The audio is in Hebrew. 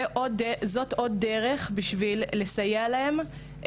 זאת עוד דרך בשביל לסייע להם.